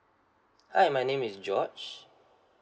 hi my name is george